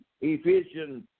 Ephesians